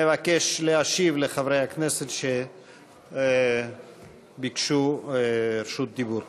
מבקש להשיב לחברי הכנסת שביקשו רשות דיבור.